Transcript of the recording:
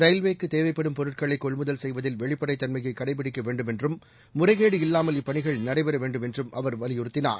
ரயில்வேக்குத் தேவைப்படும் பொருட்களை கொள்முதல் செய்வதில் வெளிப்படைத் தன்மையை கடைபிடிக்க வேண்டும் என்றும் முறைகேடு இல்லாமல் இப்பணிகள் நடைபெறவேண்டும் என்றும் அவர் வலியுறுத்தினார்